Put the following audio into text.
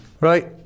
Right